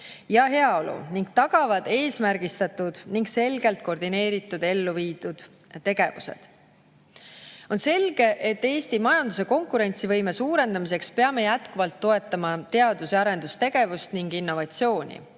ja heaolu ning tagavad eesmärgistatud ning selgelt koordineeritult elluviidud tegevused. On selge, et Eesti majanduse konkurentsivõime suurendamiseks peame jätkuvalt toetama teadus‑ ja arendustegevust ning innovatsiooni.